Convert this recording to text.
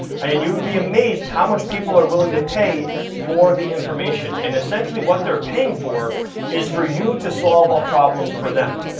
and you'd be amazed how much people are willing to pay for the information. and essentially what they're paying for is for you to solve a problem for them.